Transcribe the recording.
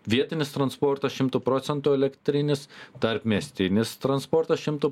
vietinis transportas šimtu procentų elektrinis tarpmiestinis transportas šimtu